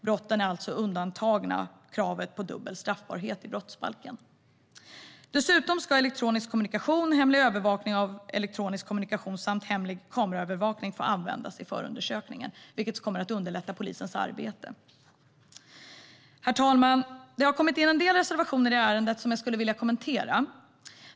Brotten är alltså undantagna kravet på dubbel straffbarhet i brottsbalken. Dessutom ska elektronisk kommunikation, hemlig övervakning av elektronisk kommunikation samt hemlig kameraövervakning få användas i förundersökningen, vilket kommer att underlätta polisens arbete. Herr talman! Det finns en del reservationer i ärendet som jag skulle vilja kommentera.